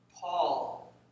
paul